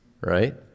right